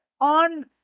on